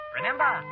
Remember